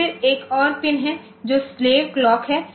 तो फिर एक और पिन है जो स्लेव क्लॉक है